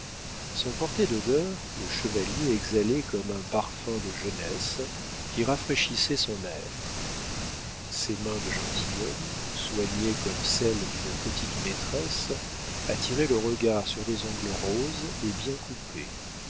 porter d'odeur le chevalier exhalait comme un parfum de jeunesse qui rafraîchissait son aire ses mains de gentilhomme soignées comme celles d'une petite-maîtresse attiraient le regard sur des ongles roses et bien coupés